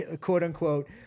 quote-unquote